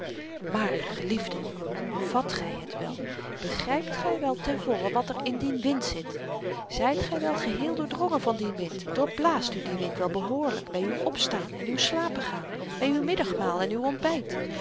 maar geliefden vat gy het wel begrypt gy wel ten volle wat er in dien wind zit zyt gy wel geheel doordrongen van dien wind doorblaast u die wind wel behoorlyk by uw opstaan en uw slapen gaan by uw middagmaal en uw ontbyt